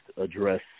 address